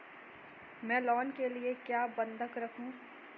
मैं लोन के लिए क्या बंधक रखूं?